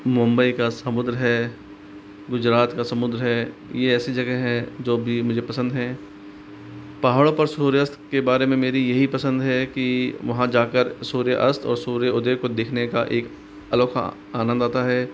मुंबई का समुद्र है गुजरात का समुद्र है यह ऐसी जगह है जो अब भी मुझे पसंद है पहाड़ों पर सूर्यास्त के बारे में मेरी यही पसंद है कि वहाँ जाकर सूर्यास्त और सूर्योदय को देखने का एक अनोखा आनंद आता है